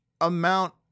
amount